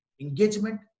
engagement